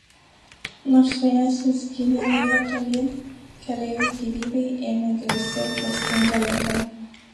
nors vėjas vis ginė laivą tolyn keleivių gyvybei ėmė grėsti klastinga liga